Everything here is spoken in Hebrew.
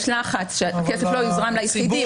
יש לחץ שהכסף לא יוזרם ליחידים.